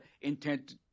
intent